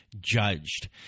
judged